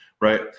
right